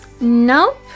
Nope